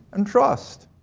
and trust.